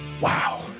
Wow